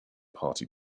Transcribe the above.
party